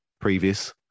previous